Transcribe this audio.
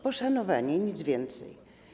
Poszanowanie, nic więcej.